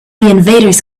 invaders